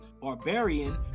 barbarian